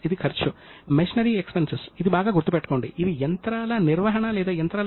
అతను రిస్క్ వసూలు చేయాలని కూడా సూచించాడు